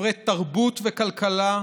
מפרה תרבות וכלכלה,